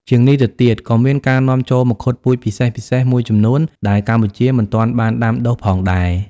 ជាងនេះទៅទៀត ក៏មានការនាំចូលមង្ឃុតពូជពិសេសៗមួយចំនួនដែលកម្ពុជាមិនទាន់បានដាំដុះផងដែរ។